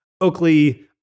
Oakley